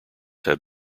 have